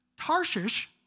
Tarshish